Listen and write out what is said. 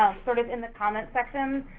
sort of in the comment section.